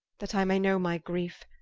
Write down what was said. that i may know my greefe,